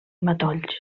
matolls